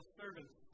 servants